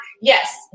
Yes